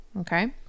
Okay